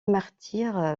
martyr